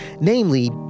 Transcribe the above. Namely